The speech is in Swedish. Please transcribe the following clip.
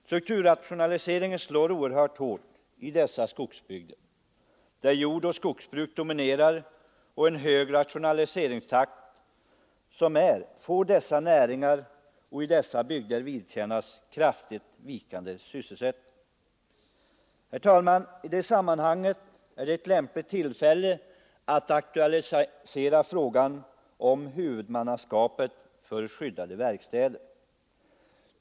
Strukturrationaliseringen slår oerhört hårt i dessa skogsbygder, där jordoch skogsbruk dominerar, och den höga rationaliseringstakt som förekommer i dessa bygder gör att de får vidkännas kraftigt vikande sysselsättning. Herr talman! Denna debatt är ett lämpligt tillfälle att aktualisera frågan om huvudmannaskapet för skyddade verkstäder.